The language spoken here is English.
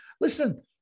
Listen